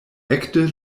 ekde